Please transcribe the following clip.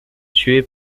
tuées